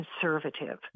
conservative